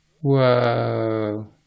whoa